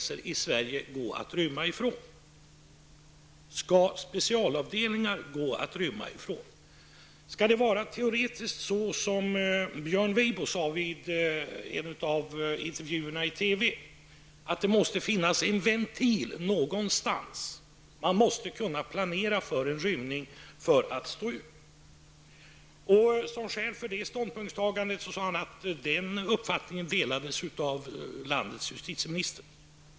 Skall det gå att rymma från specialavdelningar? Skall det vara så, som Björn Weibo sade i en av intervjuerna i TV, att det skall finnas en ventil någonstans; man måste kunna planera för en rymning för att stå ut? Som skäl för det ståndpunktstagandet sade han att den uppfattningen delades av landets justitieminister.